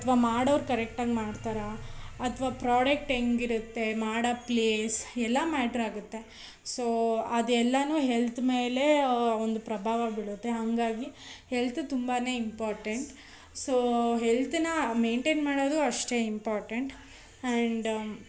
ಅಥವಾ ಮಾಡೋರು ಕರೆಕ್ಟಾಗಿ ಮಾಡ್ತಾರೋ ಅಥವಾ ಪ್ರಾಡಕ್ಟ್ ಹೆಂಗಿರುತ್ತೆ ಮಾಡೋ ಪ್ಲೇಸ್ ಎಲ್ಲ ಮ್ಯಾಟರ್ ಆಗುತ್ತೆ ಸೋ ಅದು ಎಲ್ಲನೂ ಹೆಲ್ತ್ ಮೇಲೆ ಒಂದು ಪ್ರಭಾವ ಬೀಳುತ್ತೆ ಹಾಗಾಗಿ ಹೆಲ್ತ್ ತುಂಬಾ ಇಂಪಾರ್ಟೆಂಟ್ ಸೋ ಹೆಲ್ತನ್ನ ಮೈಂಟೈನ್ ಮಾಡೋದು ಅಷ್ಟೆ ಇಂಪಾರ್ಟೆಂಟ್ ಆ್ಯಂಡ್